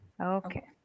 okay